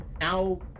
now